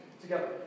together